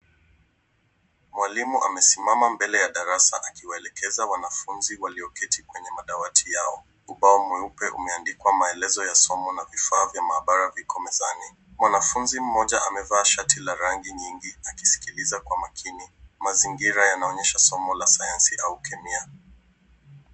Mwalimu amesimama mbele ya darasa akiwaelekeza wanafunzi walioketi kwenye madawati yao. Ubao mweupe umeandikwa maelezo ya somo na vifaa vya maabara viko mezani. Mwanafunzi mmoja amevaa shati la rangi nyingi akisikiliza kwa makini. Mazingira yanaonyesha somo la Sayansi au Kemia .